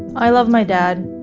i love my dad.